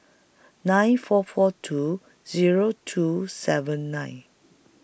nine four four two Zero two seven nine